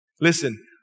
Listen